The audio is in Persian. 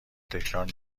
تکرار